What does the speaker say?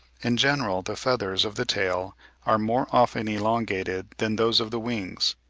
in general the feathers of the tail are more often elongated than those of the wings,